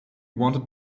wanted